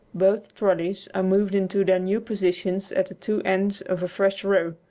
both trolleys are moved into their new positions at the two ends of a fresh row,